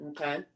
Okay